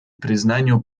признанию